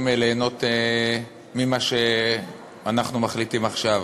ליהנות ממה שאנחנו מחליטים עכשיו.